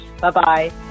Bye-bye